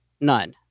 None